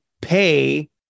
pay